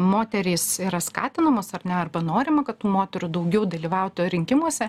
moterys yra skatinamos ar ne arba norima kad tų moterų daugiau dalyvautų rinkimuose